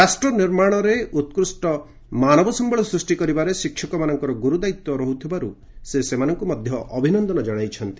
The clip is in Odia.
ରାଷ୍ଟ୍ର ନିର୍ମାଣରେ ଉତ୍କଷ୍ଟ ମାନବ ସମ୍ଭଳ ସୂଷ୍ଟି କରିବାରେ ଶିକ୍ଷକମାନଙ୍କର ଗୁରୁଦାୟିତ୍ୱ ରହୁଥିବାରୁ ସେ ସେମାନଙ୍କୁ ମଧ୍ୟ ଅଭିନନ୍ଦନ ଜଣାଇଛନ୍ତି